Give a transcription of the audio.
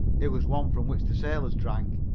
it was one from which the sailors drank.